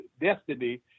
destiny